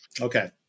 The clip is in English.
okay